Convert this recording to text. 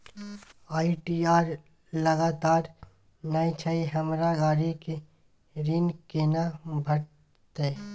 ITR लगातार नय छै हमरा गाड़ी के ऋण केना भेटतै?